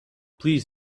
please